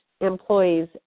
employees